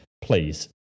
please